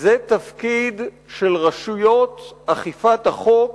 זה תפקיד של רשויות אכיפת החוק